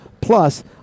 Plus